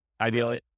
ideally